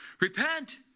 Repent